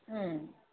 ꯎꯝ